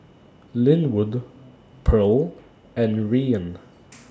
Linwood Pearle and Rian